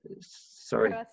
Sorry